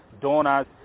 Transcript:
donors